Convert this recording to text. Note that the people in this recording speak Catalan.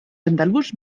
andalús